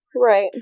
right